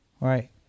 right